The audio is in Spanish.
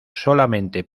solamente